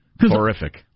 Horrific